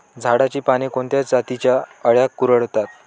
झाडाची पाने कोणत्या जातीच्या अळ्या कुरडतात?